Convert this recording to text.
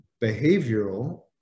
Behavioral